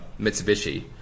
Mitsubishi